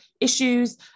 issues